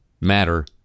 Matter